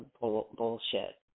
bullshit